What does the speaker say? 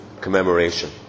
commemoration